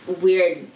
weird